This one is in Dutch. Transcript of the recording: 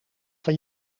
van